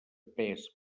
pes